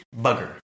Bugger